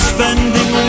Spending